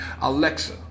Alexa